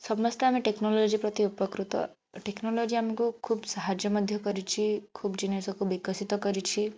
ସମସ୍ତେ ଆମେ ଟେକ୍ନୋଲୋଜି ପ୍ରତି ଉପକୃତ ଟେକ୍ନୋଲୋଜି ଆମକୁ ଖୁବ ସାହାଯ୍ୟ ମଧ୍ୟ କରୁଛି ଜିନିଷ ଖୁବ ବିକଶିତ କରିଛି